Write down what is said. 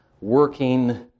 working